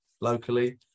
locally